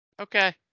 Okay